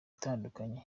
itandukanye